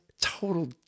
Total